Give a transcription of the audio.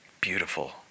Beautiful